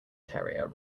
terrier